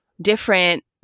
different